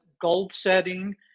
goal-setting